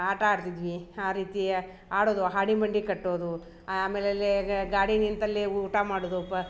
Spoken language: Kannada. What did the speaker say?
ಆಟ ಆಡ್ತಿದ್ವಿ ಆ ರೀತಿಯ ಆಡೋದು ಹಾಡಿ ಮಂಡಿ ಕಟ್ಟೋದು ಆಮೇಲೆ ಅಲ್ಲೇ ಗಾಡಿ ನಿಂತಲ್ಲೆ ಊಟ ಮಾಡುದು ಪ